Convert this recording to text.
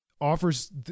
offers